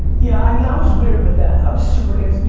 yeah, i mean i was weird with that. i was super ins, you